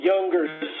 younger